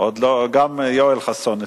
גם יואל חסון.